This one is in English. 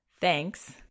Thanks